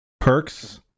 perks